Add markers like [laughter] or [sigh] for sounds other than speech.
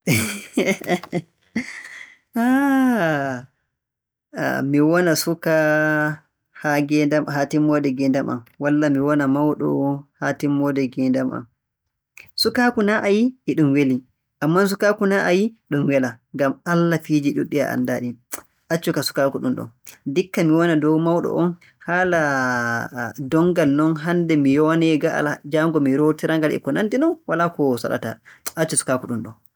[laughs] [hesitation] mi wona suka haa ngeen- haa timmoode ngeendam, walla mi wona mawɗo haa timmoode ngeendam am. Sukaaku naa a y'ii, e ɗum weli, ammaa sukaaku naa a yi'i, ɗum welaa, ngam Allah fiiji ɗuuɗɗi a anndaaɗi. [noise] Ndikka mo wona dow mawɗo on, haala [hesitation] donngal non, hannde mi ywanee nga'al, jaango mi rootira-ngal, e ko nanndi non, walaa ko saɗata. Accu sukaaku ɗumɗon.